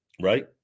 right